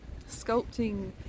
sculpting